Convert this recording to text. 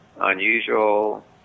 unusual